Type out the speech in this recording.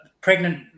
pregnant